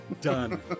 Done